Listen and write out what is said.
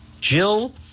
Jill